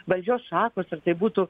valdžios šakos ar tai būtų